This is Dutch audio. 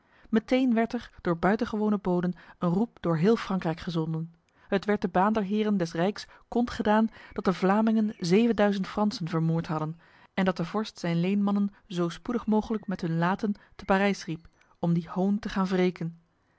meteen werd er door buitengewone boden een roep door heel frankrijk gezonden het werd de baanderheren des rijks kond gedaan dat de vlamingen zevenduizend fransen vermoord hadden en dat de vorst zijn leenmannen zo spoedig mogelijk met hun laten te parijs riep om die hoon te gaan wreken